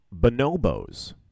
bonobos